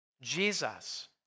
Jesus